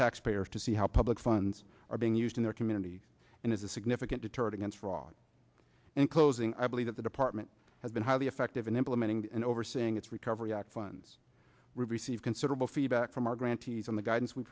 taxpayers to see how public funds are being used in their community and is a significant deterrent against fraud and closing i believe that the department has been highly effective in implementing and overseeing its recovery act funds received considerable feedback from our grantees in the guidance we